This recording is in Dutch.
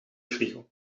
frigo